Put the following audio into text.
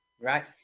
Right